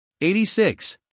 86